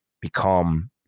become